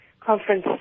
conference